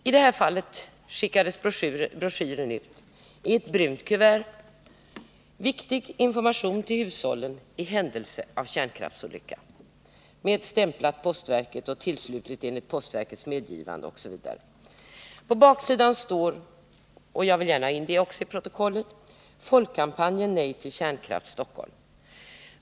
I det här fallet skickades broschyren ut i ett brunt kuvert på vilket det stod: Viktig information till hushållen i händelse av kärnkraftsolycka. På kuvertet stod vidare postverket, tillslutet enligt postverkets medgivande osv. På baksidan står — och jag vill gärna ha in det också i protokollet: Folkkampanjen Nej till kärnkraft, Stockholm.